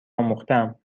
آموختهام